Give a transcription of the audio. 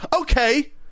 Okay